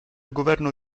governo